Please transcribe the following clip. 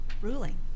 ruling